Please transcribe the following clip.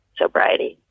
sobriety